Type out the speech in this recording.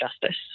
justice